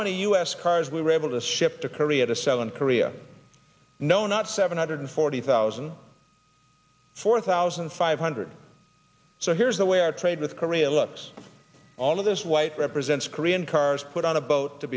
many u s cars we were able to ship to korea to sell in korea no not seven hundred forty thousand four thousand five hundred so here's the way our trade with korea looks all of this white represents korean cars put on a boat to